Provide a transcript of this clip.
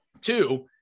Two